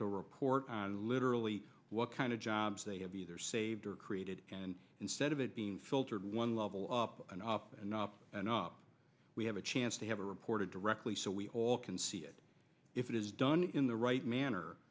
to report on literally what kind of jobs they have either saved or created and instead of it being filtered one level up and up and up and up we have a chance to have a reported directly so we all can see it if it is done in the right manner